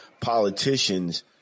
politicians